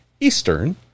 Eastern